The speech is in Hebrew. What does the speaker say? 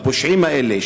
הפושעים האלה,